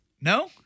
No